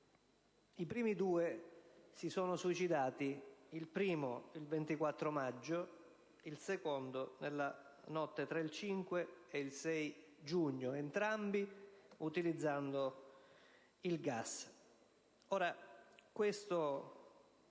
I primi due si sono suicidati: il primo il 24 maggio, il secondo nella notte tra il 5 ed il 6 giugno, entrambi utilizzando il gas.